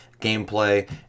gameplay